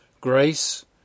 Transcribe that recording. grace